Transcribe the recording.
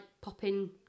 popping